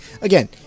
again